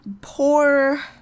poor